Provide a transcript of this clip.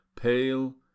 pale